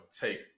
take